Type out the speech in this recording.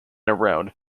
around